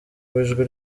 w’ijwi